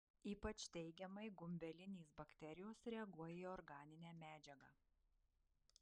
ypač teigiamai gumbelinės bakterijos reaguoja į organinę medžiagą